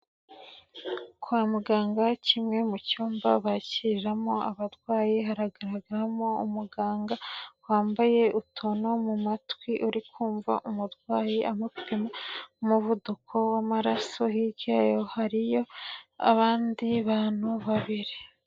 Kwa muganga kimwe mu cyumba bakiriramo abarwayi hagaragaramo umuganga wambaye utuntu mu matwi uri kumva umurwayi amupima umuvuduko w'amaraso hirya yo hariyo abandi bantu babiri.